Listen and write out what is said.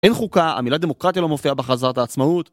אין חוקה, המילה דמוקרטיה לא מופיעה בהכרזת העצמאות